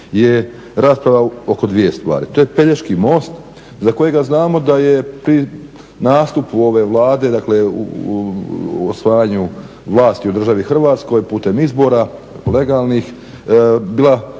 je rasprava oko dvije stvari, to je Pelješki most za kojega znamo da je pri nastupu ove Vlade, dakle o usvajanju vlasti u državi Hrvatskoj putem izbora legalnih bila